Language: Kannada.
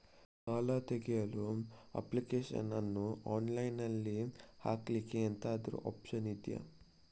ಸಾಲ ತೆಗಿಯಲು ಅಪ್ಲಿಕೇಶನ್ ಅನ್ನು ಆನ್ಲೈನ್ ಅಲ್ಲಿ ಹಾಕ್ಲಿಕ್ಕೆ ಎಂತಾದ್ರೂ ಒಪ್ಶನ್ ಇದ್ಯಾ?